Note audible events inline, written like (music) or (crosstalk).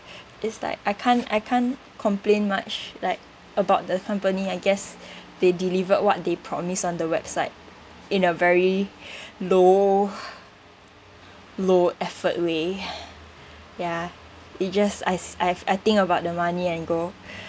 it's like I can't I can't complain much like about the company I guess they delivered what they promise on the website in a very (breath) low low effort way (breath) ya it just I I I think about the money and go